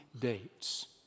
dates